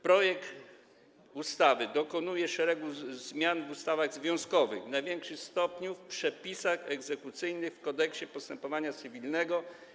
Projekt ustawy dokonuje szeregu zmian w ustawach związkowych, w największym stopniu w przepisach egzekucyjnych w Kodeksie postępowania cywilnego.